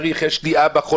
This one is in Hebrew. שיש לו בן משפחה חולה,